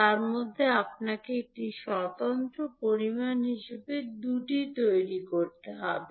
তার মধ্যে আপনাকে একটি স্বতন্ত্র পরিমাণ হিসাবে 2 তৈরি করতে হবে